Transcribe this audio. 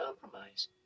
compromise